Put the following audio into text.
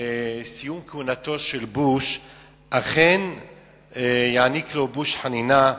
סיום כהונתו אכן יעניק לו בוש חנינה.